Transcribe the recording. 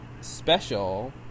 Special